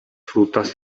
frutas